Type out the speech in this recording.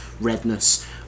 redness